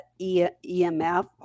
EMF